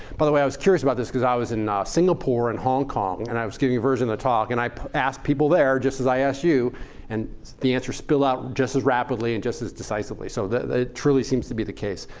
by the way, i i was curious about this because i was in singapore in hong kong, and i was giving a version of the talk. and i asked people there just as i asked you and the answer spilled out just as rapidly and just as decisively. so that the truly seems to be the case.